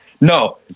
No